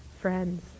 friends